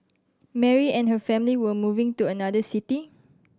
Mary and her family were moving to another city